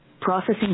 Processing